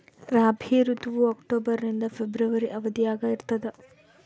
ರಾಬಿ ಋತುವು ಅಕ್ಟೋಬರ್ ನಿಂದ ಫೆಬ್ರವರಿ ಅವಧಿಯಾಗ ಇರ್ತದ